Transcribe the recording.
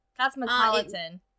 cosmopolitan